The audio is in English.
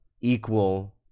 equal